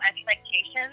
expectations